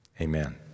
amen